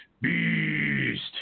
Beast